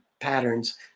patterns